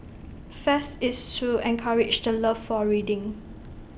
fest is to encourage the love for reading